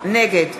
נגד